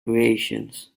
creations